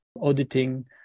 auditing